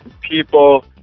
people